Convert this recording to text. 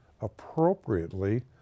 appropriately